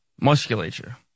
Musculature